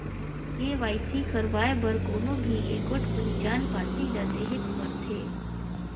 KYC करवाए बर कोनो भी एगोट पहिचान पाती ल देहेक परथे